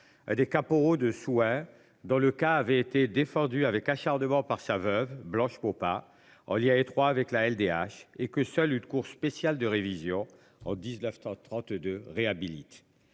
Des caporaux de soins dans le cas avait été défendue avec acharnement par sa veuve blanche pour pas en lien étroit avec la LDH et que seule une cour spéciale de révision en 1932 réhabilite